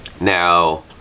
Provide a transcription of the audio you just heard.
Now